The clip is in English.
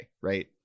Right